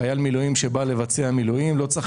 חייל מילואים שבא לבצע מילואים לא צריך